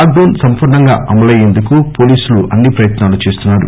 lock down సంపూర్ణంగా అమలైయేందుకు పోలీసులు అన్ని ప్రయత్నాలు చేస్తున్నారు